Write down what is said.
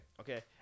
Okay